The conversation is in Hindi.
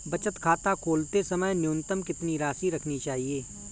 बचत खाता खोलते समय न्यूनतम कितनी राशि रखनी चाहिए?